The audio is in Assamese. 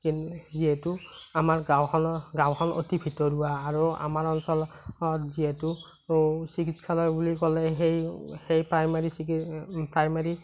যিহেতু আমাৰ গাঁওখন গাওঁখন অতি ভিতৰুৱা আৰু আমাৰ অঞ্চলত যিহেতু চিকিৎসালয় বুলি ক'লে সেই সেই প্ৰাইমেৰী চিকি প্ৰাইমেৰী